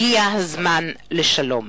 הגיע הזמן לשלום.